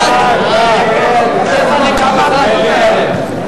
לשנת הכספים 2012,